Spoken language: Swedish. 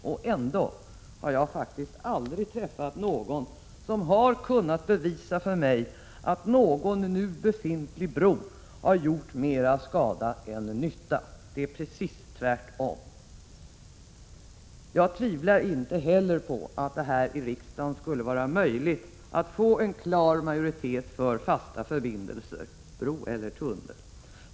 Och ändå har jag faktiskt aldrig träffat någon som har kunnat bevisa för mig att någon nu befintlig bro har gjort mera skada än nytta. Det är precis tvärtom. Jag tvivlar inte på att det här i riksdagen skulle vara möjligt att få en klar majoritet för fasta förbindelser — bro eller tunnel.